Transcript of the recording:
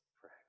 pray